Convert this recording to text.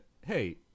hey